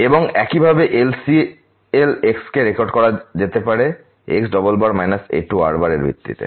এবং একইভাবে LC X কে রেকর্ড করা যেতে পারে X A2R এর ভিত্তিতে